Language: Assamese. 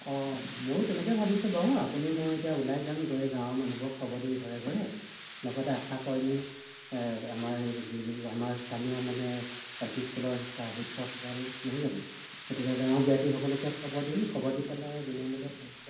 অঁ মই তেনেকৈয়ে ভাবিছোঁ বাৰু আপুনি মই এতিয়া ওলাই যাম গৈ গাঁৱৰ মানুহবোৰক খবৰ দিম ঘৰে ঘৰে লগতে আশাকৰ্মী আমা বি বি লগতে আমাৰ স্থানীয় মানে এল পি স্কুলৰ শিক্ষা শিক্ষকসকল নহয় জানো গতিকে গাঁৱৰ জ্ঞাতি সকলোকে খবৰ দিম খবৰ দি পেলাই বিনামূলীয়া স্বাস্থ্য